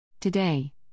Today